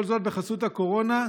כל זאת בחסות הקורונה,